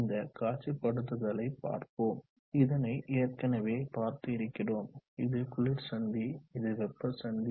இந்த காட்சிப்படுத்தலைப் பார்ப்போம் இதனை ஏற்கனவே பார்த்து இருக்கிறோம் இது குளிர் சந்தி இது வெப்ப சந்தி